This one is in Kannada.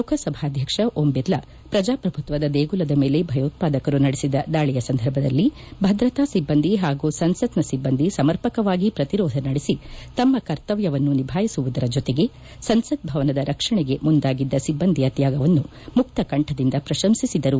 ಲೋಕಸಭಾ ಅಧ್ಯಕ್ಷ ಓಂಬಿರ್ಲಾ ಪ್ರಜಾಪ್ರಭುತ್ವದ ದೇಗುಲದ ಮೇಲೆ ಭಯೋತ್ವಾದಕರು ನಡೆಸಿದ ದಾಳಿಯ ಸಂದರ್ಭದಲ್ಲಿ ಭದ್ರತಾ ಸಿಬ್ಬಂದಿ ಹಾಗೂ ಸಂಸತ್ನ ಸಿಬ್ಬಂದಿ ಸಮರ್ಪಕವಾಗಿ ಪ್ರತಿರೋಧ ನಡೆಸಿ ತಮ್ಮ ಕರ್ತವ್ಯವನ್ನು ನಿಭಾಯಿಸುವುದರ ಜೊತೆಗೆ ಸಂಸತ್ ಭವನದ ರಕ್ಷಣೆಗೆ ಮುಂದಾಗಿದ್ದ ಸಿಬ್ಬಂದಿಯ ತ್ಯಾಗವನ್ನು ಮುಕ್ಕಕಂಠದಿಂದ ಪ್ರಶಂಸಿಸಿದರು